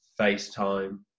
FaceTime